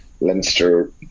Leinster